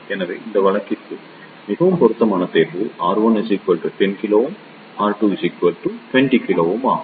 எனவே இந்த வழக்கிற்கு மிகவும் பொருத்தமான தேர்வு R1 10 k மற்றும் R2 20 k ஆகும்